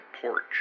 porch